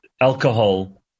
alcohol